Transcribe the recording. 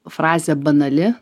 frazė banali